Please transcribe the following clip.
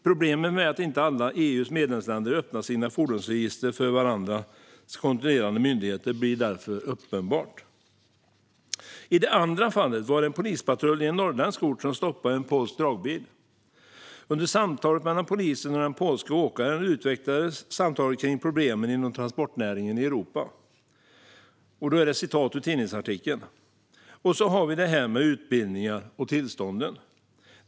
Problemet med att inte alla EU:s medlemsländer öppnar sina fordonsregister för varandras kontrollerande myndigheter blir uppenbart. I det andra fallet var det en polispatrull i en norrländsk ort som stoppade en polsk dragbil. Under samtalet mellan polisen och den polske åkaren utvecklades samtalet kring problemen inom transportnäringen i Europa. I en tidningsartikel kunde man läsa: "Och så det här med utbildningarna och tillstånden.